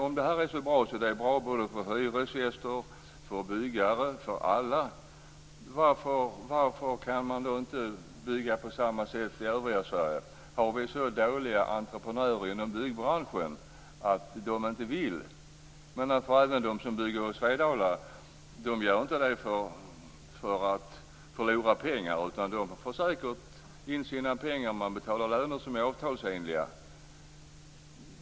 Om det här är så bra så att det är bra för både hyresgäster och byggare, ja, för alla; varför kan man då inte bygga på samma sätt i övriga Sverige? Har vi så dåliga entreprenörer i byggbranschen att de inte vill? De som bygger åt Svedala gör inte det för att förlora pengar, utan de får säkert in sina pengar och betalar löner som är avtalsenliga.